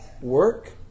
Work